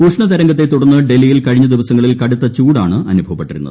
ഉഷ്ണ തരംഗത്തെ തുടർന്ന് ഡൽഹിയിൽ കഴിഞ്ഞ ദിവസങ്ങളിൽ കടുത്ത ചൂടാണ് അനുഭവപ്പെട്ടിരുന്നത്